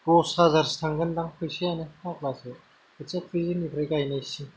दस हाजारसो थांगोनदां फैसायानो फाग्लासो खोथिया खुबै जेननायनिफ्राय गायनायसिम